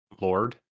Lord